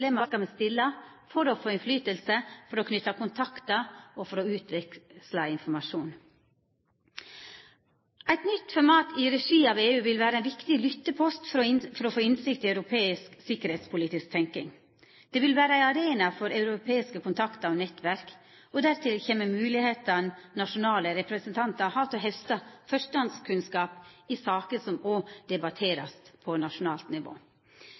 Europa, skal me stilla, for få innflytelse, for å knyta kontaktar og for å utveksla informasjon. Eit nytt format i regi av EU vil vera ein viktig lyttepost for å få innsikt i europeisk sikkerheitspolitisk tenking. Det vil vera ein arena for europeiske kontaktar og nettverk, og dertil kjem moglegheita nasjonale representantar har til å hausta førstehandskunnskap i saker som òg vert debatterte på nasjonalt nivå.